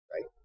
right